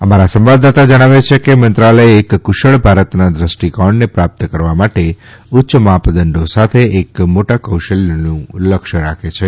અમારા સંવાદદાતા જણાવે છે કે મંત્રાલય એક કુશળ ભારતના દ્રષ્ટિકોણને પ્રાપ્ત કરવા માટે ઉચ્ય મા દંડો સાથે એક મોટા કૌશલ્યનું લક્ષ્ય રાખે છે